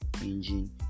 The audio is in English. engine